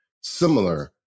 similar